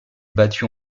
battu